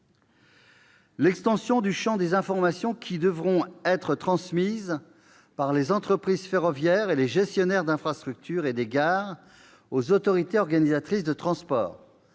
l'extension du champ des informations qui devront être transmises par les entreprises ferroviaires et les gestionnaires d'infrastructure et des gares aux autorités organisatrices de transport,